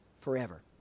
forever